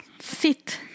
sit